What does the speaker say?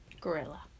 gorilla